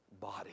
body